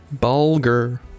Bulger